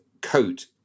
coat